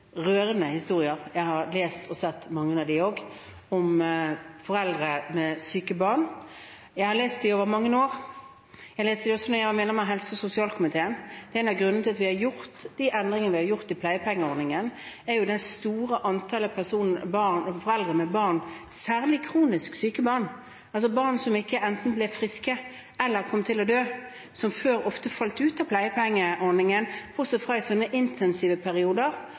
av dem – om foreldre med syke barn. Jeg har lest dem over mange år. Jeg leste dem også da jeg var medlem av helse- og sosialkomiteen. En av grunnene til at vi har gjort de endringene vi har gjort i pleiepengeordningen, er det store antallet foreldre med syke barn – særlig kronisk syke barn, altså barn som enten ikke blir friske eller kommer til å dø – som før ofte falt ut av pleiepengeordningen, bortsett fra i sånne intensive perioder